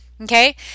Okay